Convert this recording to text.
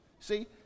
see